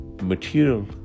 material